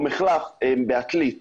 או מחלף בעתלית למשל,